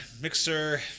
mixer